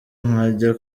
nkajya